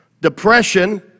Depression